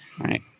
Right